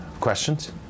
Questions